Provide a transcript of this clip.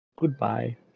Goodbye